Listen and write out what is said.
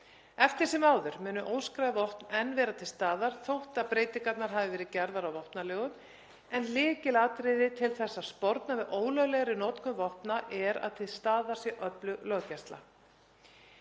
Eftir sem áður munu óskráð vopn enn vera til staðar þótt breytingarnar hafi verið gerðar á vopnalögum, en lykilatriði til að sporna við ólöglegri notkun vopna er að til staðar sé öflug löggæsla.